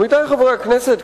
עמיתי חברי הכנסת,